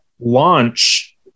launch